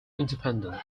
independence